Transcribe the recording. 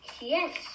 Yes